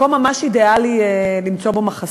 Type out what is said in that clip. מקום ממש אידיאלי למצוא בו מחסה.